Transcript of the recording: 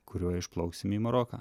kuriuo išplauksim į maroką